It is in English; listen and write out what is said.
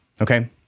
okay